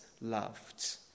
loved